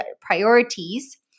priorities